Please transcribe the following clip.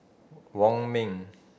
Wong Ming